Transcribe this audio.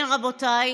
כן, רבותיי,